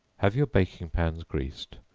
have your baking pans greased,